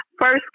first